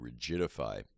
rigidify